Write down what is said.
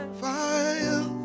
fire